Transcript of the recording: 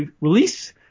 release